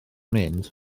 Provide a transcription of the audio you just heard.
mynd